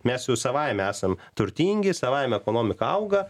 mes jau savaime esam turtingi savaime ekonomika auga